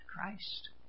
Christ